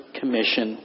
commission